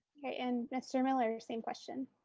okay, and mr. miller, same question.